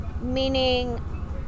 Meaning